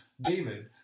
David